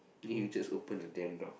then you just open the dame door